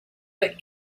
but